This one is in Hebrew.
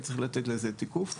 היה צריך לתת לזה תיקוף,